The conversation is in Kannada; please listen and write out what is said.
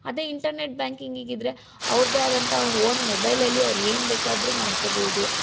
ಅದೇ ಇಂಟರ್ನೆಟ್ ಬ್ಯಾಂಕಿಂಗಿಗೆ ಇದ್ದರೆ ಅವ್ರದ್ದೆ ಆದಂಥ ಹೋನ್ ಮೊಬೈಲಲ್ಲಿ ಅವರು ಏನು ಬೇಕಾದರೂ ಮಾಡ್ಕೊಬೋದು